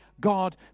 God